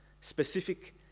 specific